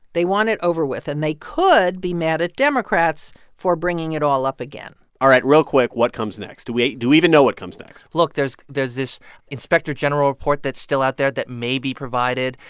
they want it over with, and they could be mad at democrats for bringing it all up again all right. real quick, what comes next? do we even know what comes next? look. there's there's this inspector general report that's still out there that may be provided.